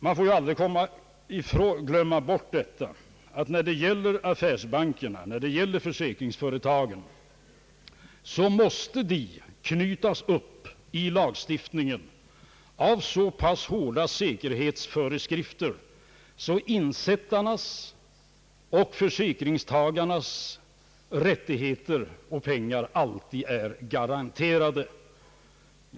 Man får aldrig glömma bort att affärsbankerna och försäkringsföretagen måste knytas upp i lagstiftningen av så hårda säkerhetsföreskrifter att insättarnas och försäkringstagarnas rättigheter och pengar alltid är garanterade.